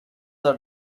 are